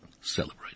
Celebrate